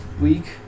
week